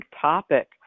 topic